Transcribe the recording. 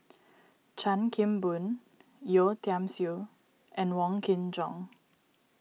Chan Kim Boon Yeo Tiam Siew and Wong Kin Jong